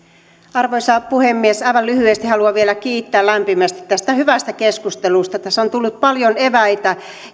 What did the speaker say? arvoisa puhemies aivan lyhyesti haluan vielä kiittää lämpimästi tästä hyvästä keskustelusta tässä on tullut paljon eväitä